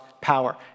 power